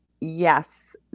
yes